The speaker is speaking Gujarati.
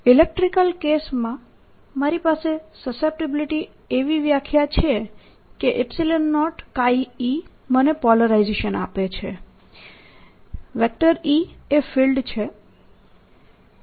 ઇલેક્ટ્રીકલ કેસમાં મારી પાસે સસેપ્ટીબિલિટી આવી વ્યાખ્યા છે કે 0 e મને પોલરાઇઝેશન આપે છે E એ ફિલ્ડ છે